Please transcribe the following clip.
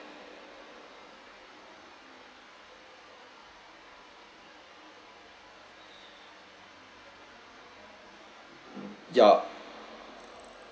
yeah